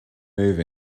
move